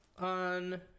on